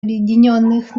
объединенных